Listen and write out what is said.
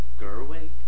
Gerwig